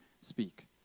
speak